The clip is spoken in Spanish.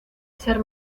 hacer